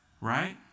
right